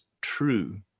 true